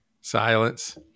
Silence